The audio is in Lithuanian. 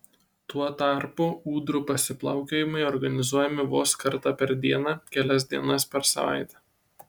tuo tarpu ūdrų pasiplaukiojimai organizuojami vos kartą per dieną kelias dienas per savaitę